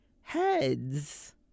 heads